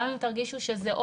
גם אם תרגישו שזה אובר,